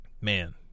man